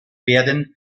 werden